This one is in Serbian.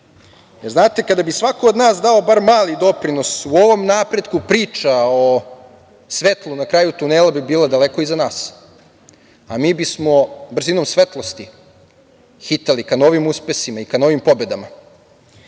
napred. Znate, kada bi svako od nas dao bar mali doprinos u ovom napretku, priča o svetlu na kraju tunela bi bila daleko iza nas. Mi bismo brzinom svetlosti hitali ka novim uspesima i ka novim pobedama. Dame